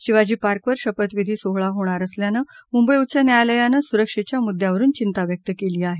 शिवाजी पार्कवर शपथविधी सोहळा होणार असल्यानं मुंबई उच्च न्यायालयानं सुरक्षेच्या मुद्यावरुन चिंता व्यक्त केली आहे